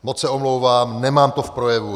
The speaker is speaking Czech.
Moc se omlouvám, nemám to v projevu.